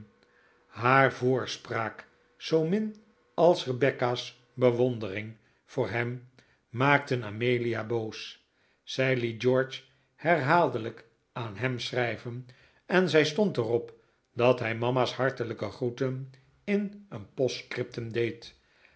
haar voorspraak zoomin als rebecca's bewondering voor hem maakten amelia boos zij liet george herhaaldelijk aan hem schrijven en zij stond er op dat hij mama's hartelijke groeten in een postscriptum deed